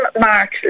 march